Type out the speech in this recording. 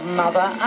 mother